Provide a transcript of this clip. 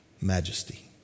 majesty